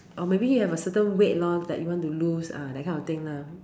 or maybe you have a certain weight loss that you want to lose ah that kind of thing lah mm